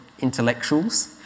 intellectuals